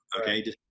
okay